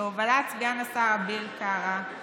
בהובלת סגן השר אביר קארה,